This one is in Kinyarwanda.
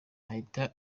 ahita